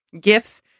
gifts